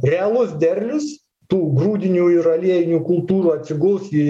realus derlius tų grūdinių ir aliejinių kultūrų atsiguls į